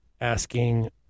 asking